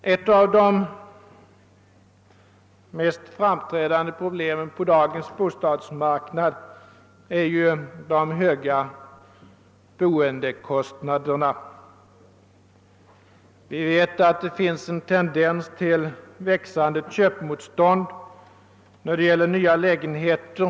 Ett av de mest framträdande problemen på dagens bostadsmarknad är de höga boendekostnaderna. Vi vet att det finns en tendens till växande köpmotstånd när det gäller nya lägenheter.